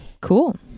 Cool